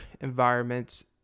environments